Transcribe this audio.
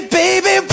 baby